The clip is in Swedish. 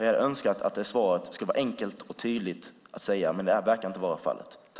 Jag hade önskat att hennes svar skulle vara enkelt och tydligt, men det verkar inte vara fallet.